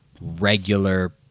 regular